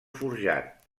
forjat